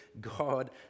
God